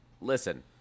Listen